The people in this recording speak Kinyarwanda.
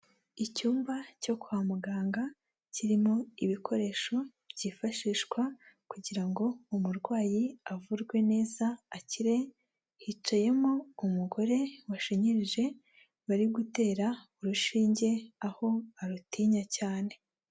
Icyumba cyo kwa muganga kirimo ibikoresho byifashishwa kugira ngo umurwayi avurwe neza akire, hicayemo umugore washinyirije bari gutera urushinge, aho arutinya cyane.